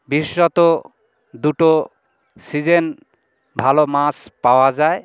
বিশেষত দুটো সিজেন ভালো মাছ পাওয়া যায়